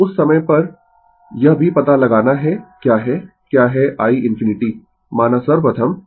तो उस समय पर यह भी पता लगाना है क्या है क्या है i ∞ माना सर्वप्रथम